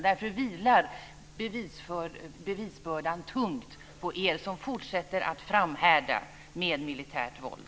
Därför vilar bevisbördan tungt på er som fortsätter att framhärda med militärt våld.